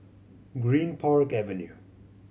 Greenpark Avenue